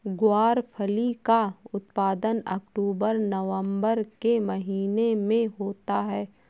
ग्वारफली का उत्पादन अक्टूबर नवंबर के महीने में होता है